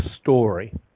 story